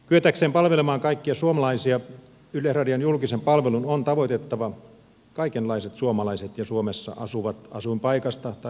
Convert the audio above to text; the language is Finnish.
kyetäkseen palvelemaan kaikkia suomalaisia yleisradion julkisen palvelun on tavoitettava kaikenlaiset suomalaiset ja suomessa asuvat asuinpaikasta tai varallisuudesta riippumatta